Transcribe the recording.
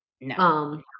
No